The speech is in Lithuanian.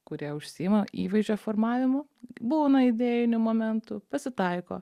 kurie užsiima įvaizdžio formavimu būna idėjinių momentų pasitaiko